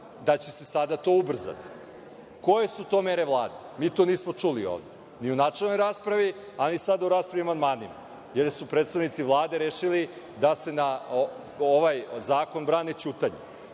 da će se sada to ubrzati. Koje su to mere Vlade? Mi to nismo čuli ovde ni u načelnoj raspravi, a ni sada u raspravi o amandmanima, jer su predstavnici Vlade rešili da se na ovaj zakon brane ćutanjem.